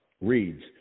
reads